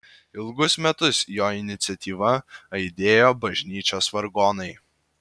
ilgus metus jo iniciatyva aidėjo bažnyčios vargonai